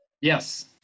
Yes